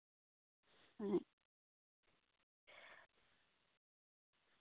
ᱦᱮᱸ